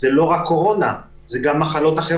וזרקו אותם לאבטלה.